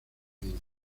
unidos